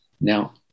Now